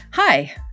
Hi